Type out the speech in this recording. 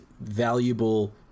valuable